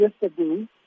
yesterday